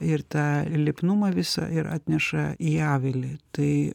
ir tą lipnumą visą ir atneša į avilį tai